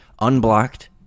unblocked